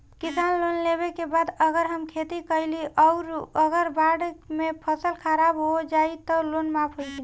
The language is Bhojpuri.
किसान लोन लेबे के बाद अगर हम खेती कैलि अउर अगर बाढ़ मे फसल खराब हो जाई त लोन माफ होई कि न?